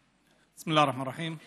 בסם אללה א-רחמאן א-רחים.